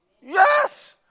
Yes